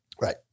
right